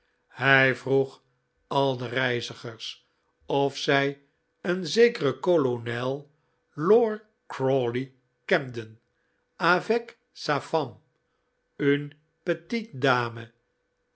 hij vroeg al de reizigers of zij een zekeren kolonel lor crawley kenden avec sa femme une petite dame